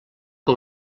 que